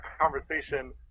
conversation